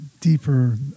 deeper